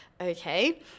okay